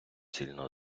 сильного